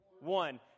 One